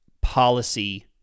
policy